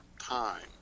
time